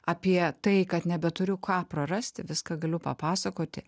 apie tai kad nebeturiu ką prarasti viską galiu papasakoti